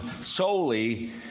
solely